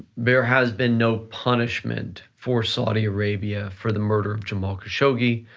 there has been no punishment for saudi arabia for the murder of jamal khashoggi,